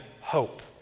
hope